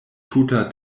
tuta